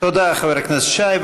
תודה, חבר הכנסת שי.